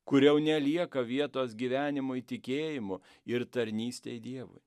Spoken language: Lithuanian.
kur jau nelieka vietos gyvenimui tikėjimu ir tarnystei dievu